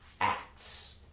Acts